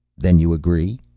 then you agree?